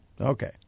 okay